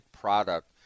product